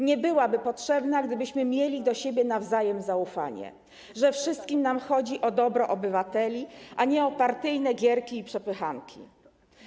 Nie byłaby potrzebna, gdybyśmy mieli do siebie nawzajem zaufanie, że wszystkim nam chodzi o dobro obywateli, a nie o partyjne gierki i przepychanki.